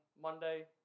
Monday